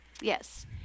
Yes